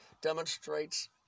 demonstrates